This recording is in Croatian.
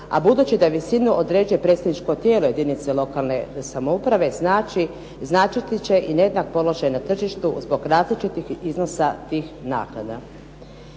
a budući da visinu određuje predstavničko tijelo jedinice lokalne samouprave, značiti će i jednak položaj na tržištu zbog različitih iznosa tih naknada.